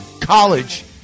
college